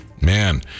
Man